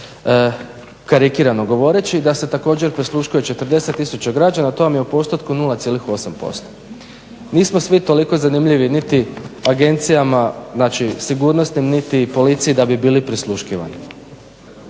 karikirano govoreći da se također prisluškuje 40 tisuća građana, to vam je u postotku 0,8%. Nismo svi toliko zanimljivi niti agencijama, znači sigurnosnim niti policiji da bi bili prisluškivani.